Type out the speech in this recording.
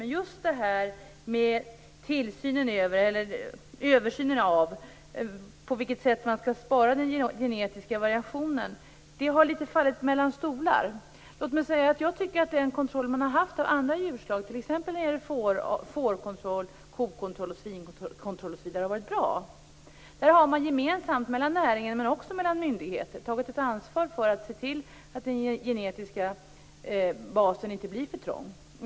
Men just översynen av på vilket sätt man skall spara den genetiska variationen har fallit litet mellan stolarna. Låt mig säga att jag tycker att den kontroll som man har haft av andra djurslag, t.ex. fårkontroll, kokontroll och svinkontroll, har varit bra. Där har man gemensamt inom näringen men också mellan myndigheter tagit ett ansvar för att se till att den genetiska basen inte blir för trång.